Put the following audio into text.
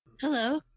hello